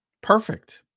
perfect